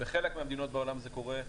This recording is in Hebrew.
בחלק מהמדינות בעולם זה קורה,